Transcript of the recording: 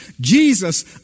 Jesus